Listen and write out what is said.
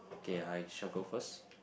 K I shall go first